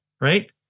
right